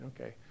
okay